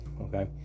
okay